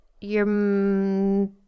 your-